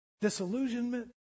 disillusionment